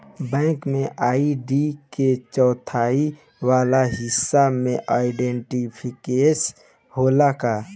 Bank में ID के चौथाई वाला हिस्सा में आइडेंटिफैएर होला का?